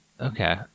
Okay